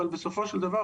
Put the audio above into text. אבל בסופו של דבר,